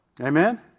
Amen